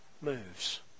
moves